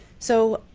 so,